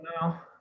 now